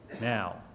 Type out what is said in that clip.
now